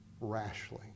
rashly